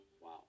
Wow